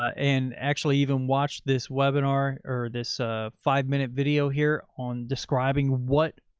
and actually even watch this webinar or this a five minute video here on describing what,